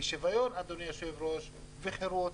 שוויון וחירות.